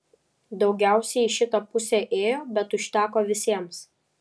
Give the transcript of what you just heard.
daugiausiai į šitą pusę ėjo bet užteko visiems